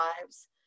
lives